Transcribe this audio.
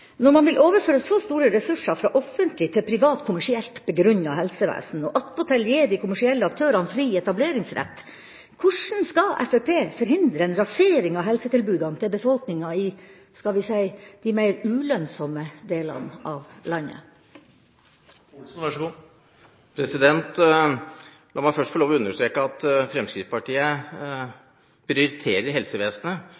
Når man vil overføre så store ressurser fra offentlig til privat, kommersielt begrunnet helsevesen, og attpåtil gi de kommersielle aktørene fri etableringsrett, hvordan skal Fremskrittspartiet forhindre en rasering av helsetilbudene til befolkningen i – skal vi si – de mer ulønnsomme delene av landet? La meg først få lov til å understreke at Fremskrittspartiet